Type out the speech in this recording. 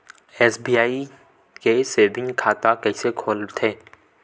SBI के saving खाता कइसे खोलथे?